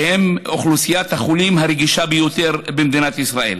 שהם אוכלוסיית החולים הרגישה ביותר במדינת ישראל.